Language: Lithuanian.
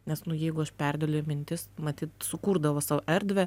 nes nu jeigu aš perdėlioju mintis matyt sukurdavo sau erdvę